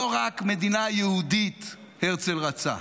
לא רק מדינה יהודית הרצל רצה,